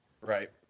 Right